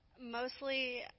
Mostly